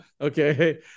Okay